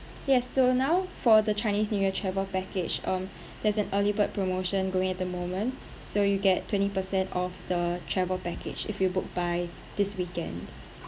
yes so now for the chinese new year travel package on there's an early bird promotion going at the moment so you get twenty percent of the travel package if you book by this weekend